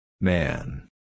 Man